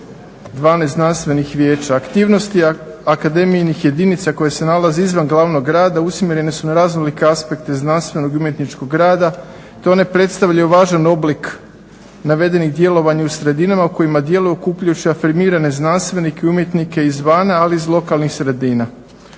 12 znanstvenih vijeća. Aktivnosti akademijinih jedinica koje se nalaze izvan glavnog grada usmjerene su na raznolike aspekte znanstvenog i umjetničkog rada, te one predstavljaju važan oblik navedenih djelovanja u sredinama u kojima djeluju okupljajući afirmirane znanstvenike i umjetnike izvana, ali i iz lokalnih sredina.